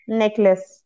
necklace